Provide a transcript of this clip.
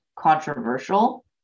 controversial